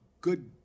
good